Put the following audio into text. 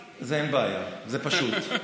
זה, אין בעיה, זה פשוט.